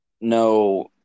no